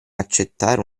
accettare